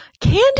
Candy